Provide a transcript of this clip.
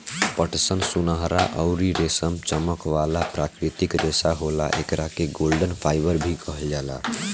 पटसन सुनहरा अउरी रेशमी चमक वाला प्राकृतिक रेशा होला, एकरा के गोल्डन फाइबर भी कहल जाला